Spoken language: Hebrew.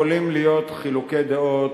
יכולים להיות חילוקי דעות